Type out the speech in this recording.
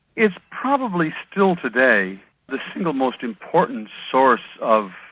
it's probably still today the single most important source of,